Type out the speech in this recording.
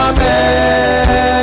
Amen